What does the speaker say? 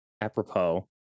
apropos